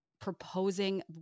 proposing